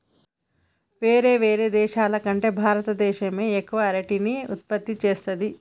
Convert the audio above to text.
వేరే దేశాల కంటే భారత దేశమే ఎక్కువ అరటిని ఉత్పత్తి చేస్తంది